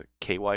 KY